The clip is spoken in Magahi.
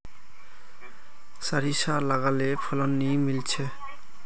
सारिसा लगाले फलान नि मीलचे?